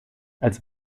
als